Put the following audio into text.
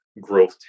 growth